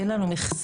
אין לנו מכסה.